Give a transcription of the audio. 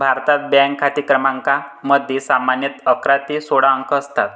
भारतात, बँक खाते क्रमांकामध्ये सामान्यतः अकरा ते सोळा अंक असतात